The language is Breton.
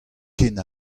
ken